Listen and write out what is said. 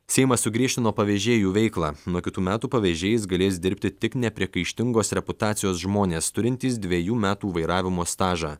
seimas sugriežtino pavežėjų veiklą nuo kitų metų pavežėjais galės dirbti tik nepriekaištingos reputacijos žmonės turintys dvejų metų vairavimo stažą